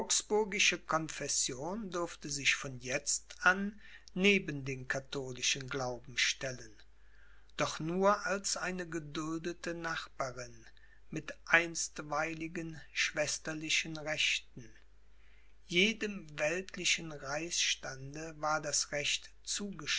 confession durfte sich von jetzt an neben den katholischen glauben stellen doch nur als eine geduldete nachbarin mit einstweiligen schwesterlichen rechten jedem weltlichen reichsstande war das recht